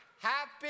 Happy